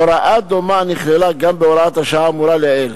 הוראה דומה נכללה גם בהוראת השעה האמורה לעיל,